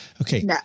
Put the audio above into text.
okay